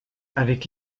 avec